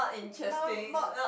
now not